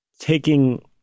taking